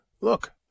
look